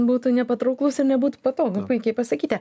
būtų nepatrauklus ir nebūtų patogu puikiai pasakyta